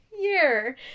year